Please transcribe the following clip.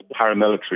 paramilitary